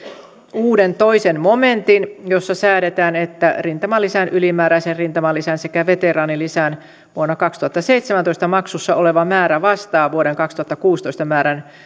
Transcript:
uuden momentin toisen momentin jossa säädetään että rintamalisän ylimääräisen rintamalisän sekä veteraanilisän vuonna kaksituhattaseitsemäntoista maksussa oleva määrä vastaa vuoden kaksituhattakuusitoista